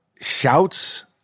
shouts